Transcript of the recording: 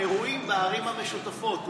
באירועים בערים המשותפות.